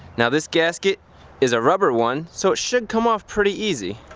now this gasket is a rubber one, so it should come off pretty easy.